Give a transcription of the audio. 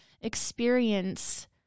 experience